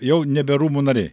jau nebe rūmų nariai